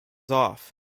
off